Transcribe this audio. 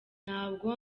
ntabwo